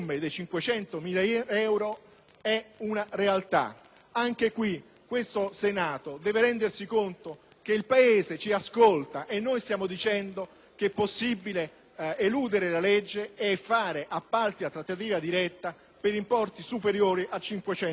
è una realtà. Anche qui, questo Senato deve rendersi conto che il Paese ci ascolta e noi stiamo dicendo che è possibile eludere la legge e fare appalti a trattativa diretta per importi superiori a 500.000 euro.